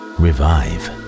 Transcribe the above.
revive